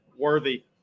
Worthy